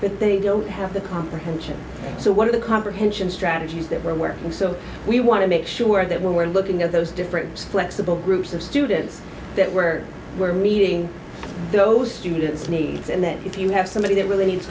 but they don't have the comprehension so what are the comprehension strategies that we're working so we want to make sure or that when we're looking at those different flexible groups of students that were were meeting those students needs and that you have somebody that really needs